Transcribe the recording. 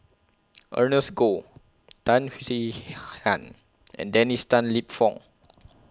Ernest Goh Tan Swie Hian and Dennis Tan Lip Fong